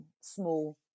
small